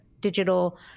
digital